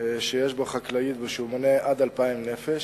שיש בו חקלאים ושהוא מונה עד 2,000 נפש.